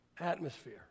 Atmosphere